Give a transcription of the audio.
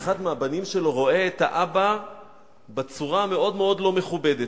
אחד מן הבנים שלו רואה את האבא בצורה מאוד מאוד לא מכובדת.